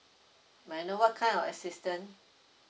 may I know what kind of assistant